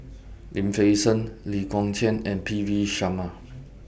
Lim Fei Shen Lee Kong Chian and P V Sharma